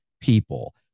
people